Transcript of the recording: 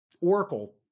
Oracle